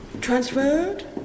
transferred